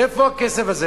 איפה הכסף הזה?